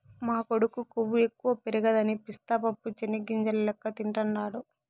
మా కొడుకు కొవ్వు ఎక్కువ పెరగదని పిస్తా పప్పు చెనిగ్గింజల లెక్క తింటాండాడు